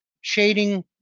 shading